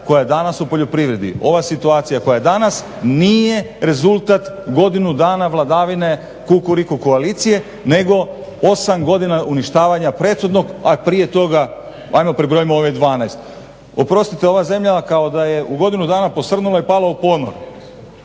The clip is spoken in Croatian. koja je danas u poljoprivredi. Ova situacija koja je danas nije rezultat godinu dana vladavine kukuriku koalicije nego osam godina uništavanja prethodnog, a prije toga ajmo pribrojimo ove dvanaest. Oprostite ova zemlja kao da je u godinu dana posrnula i pala u ponor.